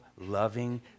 loving